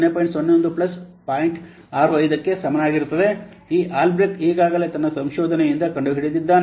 65 ಕ್ಕೆ ಸಮನಾಗಿರುತ್ತದೆ ಈ ಆಲ್ಬ್ರೆಕ್ಟ್ ಈಗಾಗಲೇ ತನ್ನ ಸಂಶೋಧನೆಯಿಂದ ಕಂಡುಹಿಡಿದಿದ್ದಾನೆ